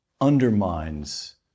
undermines